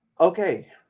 Okay